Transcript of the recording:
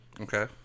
Okay